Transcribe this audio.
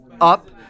up